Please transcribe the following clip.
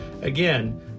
Again